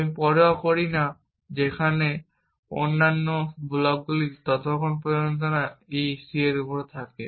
আমি পরোয়া করি না যেখানে অন্যান্য ব্লকগুলি যতক্ষণ পর্যন্ত e c এর উপর থাকে